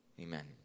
amen